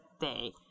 day